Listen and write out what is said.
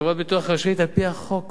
חברת הביטוח רשאית על-פי החוק